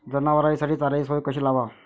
जनावराइसाठी चाऱ्याची सोय कशी लावाव?